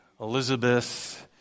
Elizabeth